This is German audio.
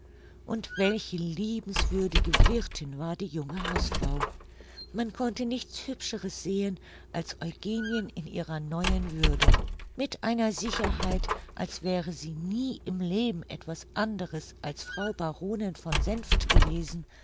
und welche liebenswürdige wirthin war die junge hausfrau man konnte nichts hübscheres sehen als eugenien in ihrer neuen würde mit einer sicherheit als wäre sie nie im leben etwas anderes als frau baronin von senft gewesen